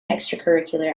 extracurricular